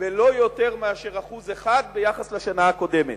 בלא יותר מאשר 1% ביחס לשנה הקודמת.